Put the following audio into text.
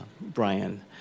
Brian